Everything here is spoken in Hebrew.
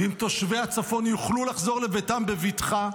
ואם תושבי הצפון יוכלו לחזור לביתם בבטחה,